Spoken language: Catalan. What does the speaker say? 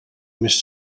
més